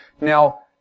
Now